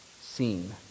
seen